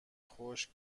خشک